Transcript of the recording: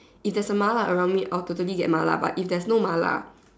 if there is a mala around me I will totally get mala but if there is no mala